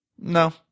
No